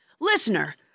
Listener